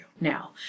now